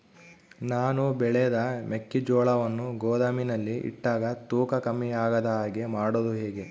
ನಾನು ಬೆಳೆದ ಮೆಕ್ಕಿಜೋಳವನ್ನು ಗೋದಾಮಿನಲ್ಲಿ ಇಟ್ಟಾಗ ತೂಕ ಕಮ್ಮಿ ಆಗದ ಹಾಗೆ ಮಾಡೋದು ಹೇಗೆ?